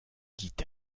dit